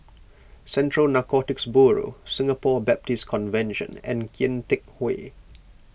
Central Narcotics Bureau Singapore Baptist Convention and Kian Teck Way